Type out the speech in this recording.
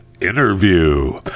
interview